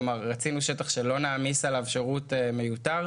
כלומר, רצינו שטח שלא נעמיס עליו שרות מיותר.